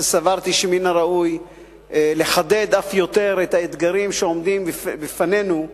סברתי שמן הראוי לחדד אף יותר את האתגרים שעומדים בפנינו,